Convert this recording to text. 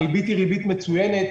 הריבית היא ריבית מצוינת,